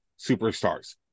superstars